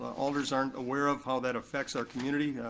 alders aren't aware of how that affects our community,